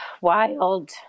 Wild